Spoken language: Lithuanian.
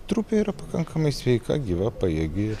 trupė yra pakankamai sveika gyva pajėgi